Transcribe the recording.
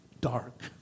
dark